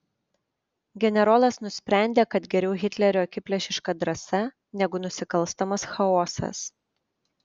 generolas nusprendė kad geriau hitlerio akiplėšiška drąsa negu nusikalstamas chaosas